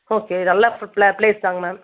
okay நல்ல ப்ளேஸுதாங்க ma'am